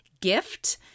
gift